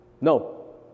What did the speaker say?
No